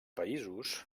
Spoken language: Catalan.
països